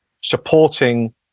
supporting